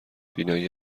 بینایی